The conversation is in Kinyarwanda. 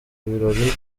birori